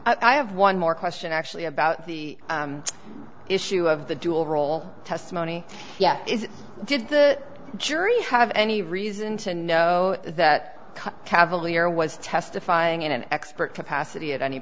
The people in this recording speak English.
things i have one more question actually about the issue of the dual role testimony is did the jury have any reason to know that cavalier was testifying in an expert capacity at any